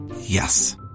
Yes